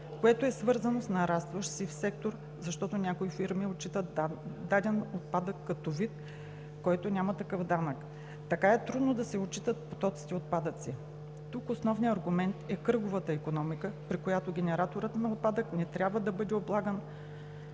което е свързано с нарастващ сив сектор, защото някои фирми отчитат даден отпадък като вид, който няма такъв данък. Така е трудно да се отчитат потоците отпадъци. Тук основният аргумент е кръговата икономика, при която генераторът на отпадък не трябва да бъде облаган